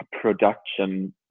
production